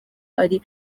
ari